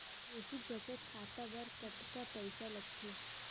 Basic बचत खाता बर कतका पईसा लगथे?